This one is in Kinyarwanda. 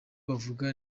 bavuga